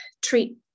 treat